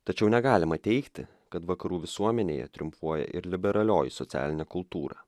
tačiau negalima teigti kad vakarų visuomenėje triumfuoja ir liberalioji socialinė kultūra